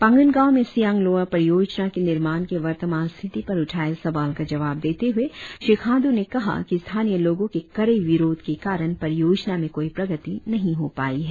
पांगिन गांव में सियांग लोअर परियोजना के निर्माण के वर्तमान स्थिति पर उठाए सवाल का जवाब देते हुए श्री खाण्ड्र ने कहा कि स्थानीय लोगों के कड़े विरोध के कारण परियोजना में कोई प्रगति नही हो पाई है